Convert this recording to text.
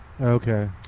Okay